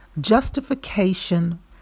justification